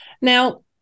Now